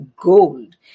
gold